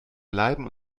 bleiben